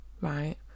right